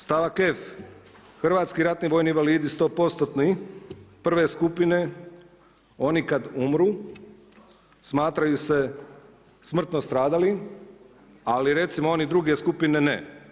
Stavak f., hrvatski ratni vojni invalidi 100%-tni prve skupine, oni kada umru smatraju se smrtno stradalim, ali recimo oni druge skupine ne.